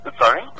Sorry